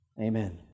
Amen